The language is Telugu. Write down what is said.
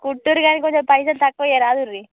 కుట్టండి కానీ కొంచెం పైసలు తక్కువ చేయరాదండి